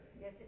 Yes